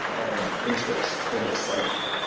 and interest, and excitement.